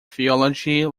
theology